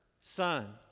son